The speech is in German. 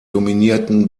dominierten